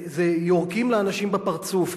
יורקים לאנשים בפרצוף.